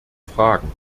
fragen